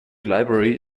library